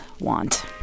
want